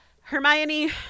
Hermione